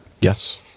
Yes